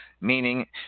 Meaning